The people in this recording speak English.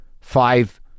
Five